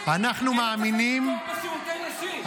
אין אצלכם תור בשירותי נשים.